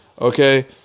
Okay